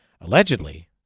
allegedly